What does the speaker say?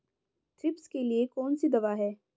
Thrips के लिए कौन सी दवा है?